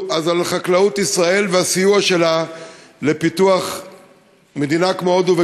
חקלאות ישראל והסיוע שלה לפיתוח מדינה כמו הודו,